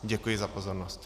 Děkuji za pozornost.